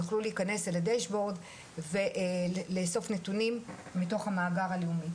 יוכלו להיכנס לדשבורד ולאסוף נתונים מתוך המאגר הלאומי,